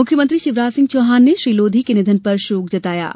मुख्यमंत्री शिवराज सिंह चौहान ने श्री लोधी के निधन पर शोक जताया है